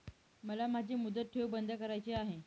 मला माझी मुदत ठेव बंद करायची आहे